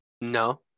No